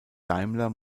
daimler